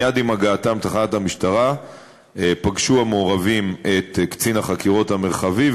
מייד עם הגעתם לתחנת המשטרה פגשו המעורבים את קצין החקירות המרחבי,